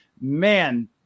man